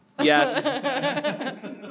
Yes